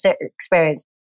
experience